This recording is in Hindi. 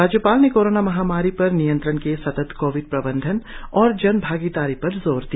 राज्यपाल ने कोरोना महामारी पर नियंत्रण के सतत कोविड प्रबंधन और जन भागीदारी पर जोर दिया